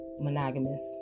monogamous